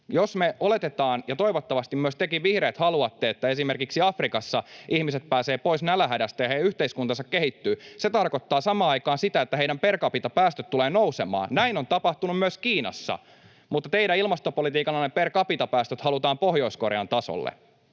Jos oletetaan — ja toivottavasti myös tekin, vihreät, haluatte — että esimerkiksi Afrikassa ihmiset pääsevät pois nälänhädästä ja heidän yhteiskuntansa kehittyy, se tarkoittaa samaan aikaan sitä, että heidän per capita ‑päästönsä tulevat nousemaan. Näin on tapahtunut myös Kiinassa. Mutta teidän ilmastopolitiikallanne per capita- päästöt halutaan Pohjois-Korean tasolle.